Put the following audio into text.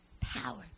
power